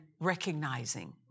recognizing